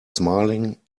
smiling